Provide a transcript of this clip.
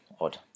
Odd